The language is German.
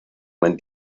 man